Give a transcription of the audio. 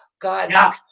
god